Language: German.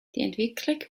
entwicklungen